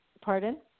Pardon